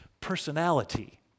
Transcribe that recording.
personality